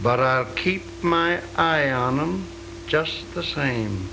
but i keep my eye on them just the same